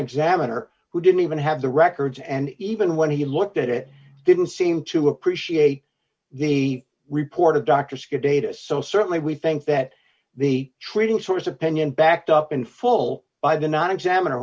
examiner who didn't even have the records and even when he looked at it didn't seem to appreciate the report of dr askew data so certainly we think that the treating source opinion backed up in full by the non examiner